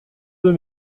deux